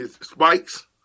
Spikes